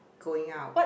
going out